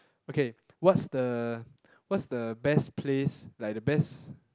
okay what's the what's the best place like the best